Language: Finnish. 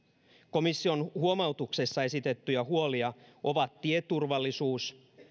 komission huomautuksessa esitettyjä huolia ovat tieturvallisuus